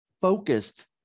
focused